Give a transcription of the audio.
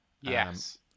Yes